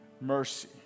mercy